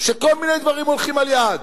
שכל מיני דברים הולכים "על-יד".